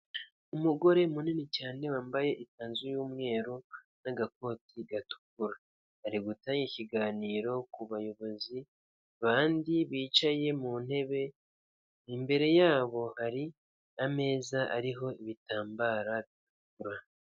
Umugore munini cyane wambaye ikanzu y'umweru n'agakoti gatukura, ari gutanga ikiganiro ku bayobozi bandi bicaye mu ntebe, imbere yabo hari ameza ariho ibitambaro bitukura.